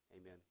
amen